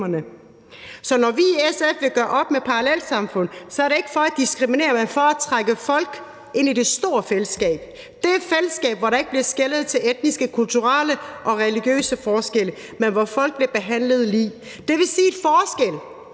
Så når vi i SF vil gøre op med parallelsamfund, er det ikke for at diskriminere, men for at trække folk ind i det store fællesskab, det fællesskab, hvor der ikke bliver skelet til etniske, kulturelle og religiøse forskelle, men hvor folk bliver behandlet lige. Det vil sige en forskel,